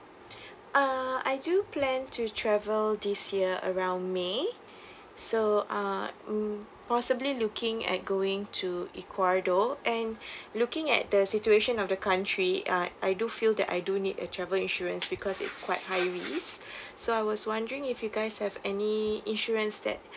uh I do plan to travel this year around may so uh mm possibly looking at going to ecuador and looking at the situation of the country uh I do feel that I do need a travel insurance because it's quite high risk so I was wondering if you guys have any insurance that